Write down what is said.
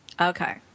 Okay